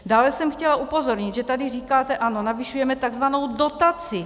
Dále jsem chtěla upozornit, že tady říkáte ano, navyšujeme tzv. dotaci.